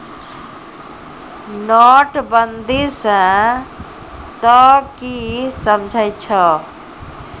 नोटबंदी स तों की समझै छौ